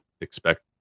expect